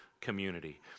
community